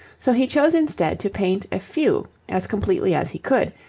so he chose instead to paint a few as completely as he could,